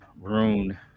rune